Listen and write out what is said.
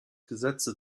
gesetze